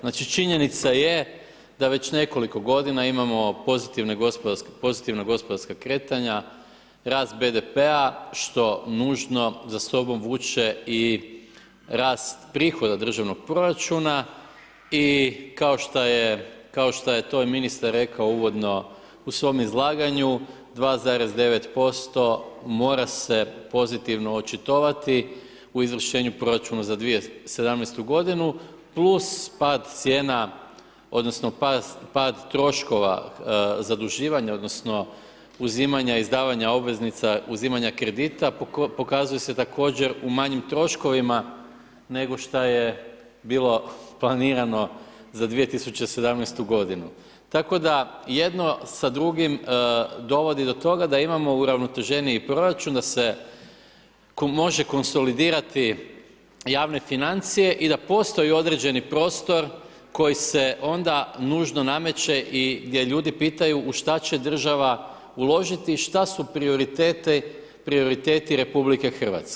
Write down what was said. Znači činjenica je, da već nekoliko g. imamo pozitivna gospodarska kretanja, rast BDP-a što nužno za sobom vuče i rast prihoda državnog proračuna i kao što je to ministar rekao uvodno u svom izlaganju, 2,9% mora se pozitivno očitovati u izvršenju proračuna za 2017. g. plus pad cijena odnosno, pad troškova zaduživanja, odnosno, uzimanja, izdavanje obveznica, uzimanje kredita, pokazuje se također u manjim troškovima, nego što je bilo planirano za 2017. g. Tako da jedno s drugim dovodi do toga da imamo uravnoteženiji proračun, da se može konsolidirati javne financije i da postoji određeni prostor, koji se onda nužno nameće i gdje ljudi pitaju u šta će država uložiti, šta su prioriteti RH.